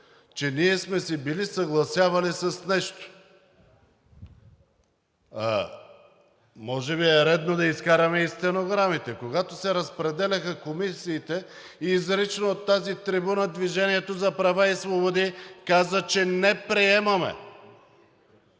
че ние сме се били съгласявали с нещо, а може би е редно да изкараме и стенограмите. Когато се разпределяха комисиите, изрично от тази трибуна „Движение за права и свободи“ каза, че не приемаме